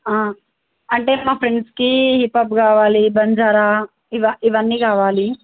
అంటే మా ఫ్రెండ్స్కి హిపాప్ కావాలి బంజారా ఇవ ఇవన్నీ కావాలి